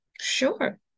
Sure